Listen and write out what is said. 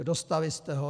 Dostali jste ho.